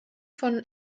von